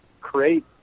create